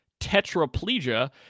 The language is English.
tetraplegia